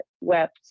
wept